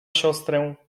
siostrę